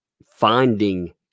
Finding